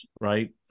right